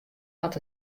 hat